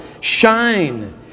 shine